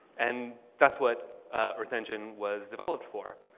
and that's what earth engine was developed for.